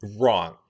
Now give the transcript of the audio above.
Wrong